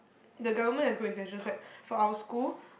the government has good intentions like for our school